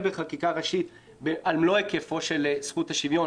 בחקיקה ראשית על מלוא היקפה של זכות השוויון,